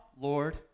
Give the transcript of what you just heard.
Lord